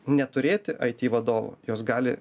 neturėti aiti vadovo jos gali